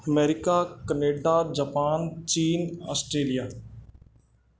America Canada Japan ਚੀਨ Australia